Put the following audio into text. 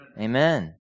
Amen